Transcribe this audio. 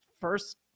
first